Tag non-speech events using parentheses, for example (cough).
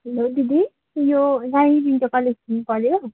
हलो दिदी यो (unintelligible) पऱ्यो